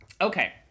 Okay